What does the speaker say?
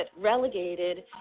relegated